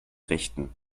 richten